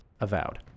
Avowed